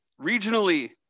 Regionally